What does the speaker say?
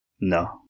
No